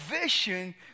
vision